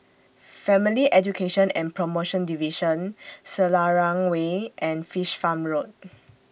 Family Education and promotion Division Selarang Way and Fish Farm Road